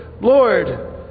Lord